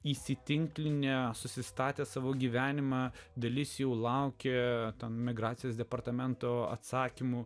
įsitinklinę susistatę savo gyvenimą dalis jų laukia migracijos departamento atsakymų